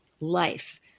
life